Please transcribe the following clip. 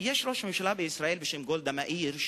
היתה ראש ממשלה בישראל בשם גולדה מאיר,